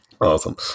Awesome